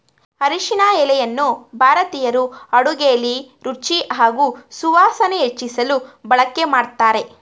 ಅರಿಶಿನ ಎಲೆಯನ್ನು ಭಾರತೀಯರು ಅಡುಗೆಲಿ ರುಚಿ ಹಾಗೂ ಸುವಾಸನೆ ಹೆಚ್ಚಿಸಲು ಬಳಕೆ ಮಾಡ್ತಾರೆ